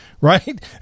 right